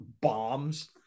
bombs